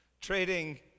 trading